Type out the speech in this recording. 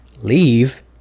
leave